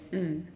mm